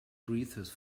breathes